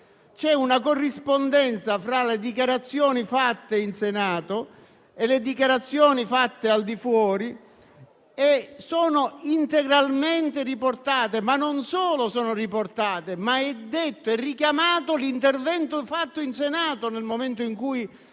C'è una corrispondenza fra le dichiarazioni fatte in Senato e le dichiarazioni rese al di fuori. Non solo sono integralmente riportate, ma è detto e richiamato l'intervento fatto in Senato nel momento in cui